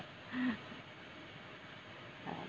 uh